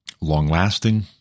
long-lasting